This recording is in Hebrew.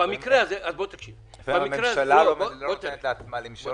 לפעמים הממשלה לא נותנת לעצמה למשול,